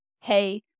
hey